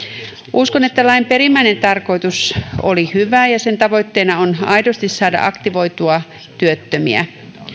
uskon että lain perimmäinen tarkoitus oli hyvä ja sen tavoitteena on aidosti saada aktivoitua työttömiä